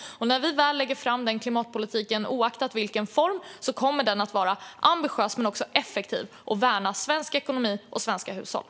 När vi väl lägger fram den klimatpolitiken, oavsett i vilken form det blir, kommer den att vara ambitiös men också effektiv och värna svensk ekonomi och svenska hushåll.